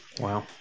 Wow